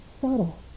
subtle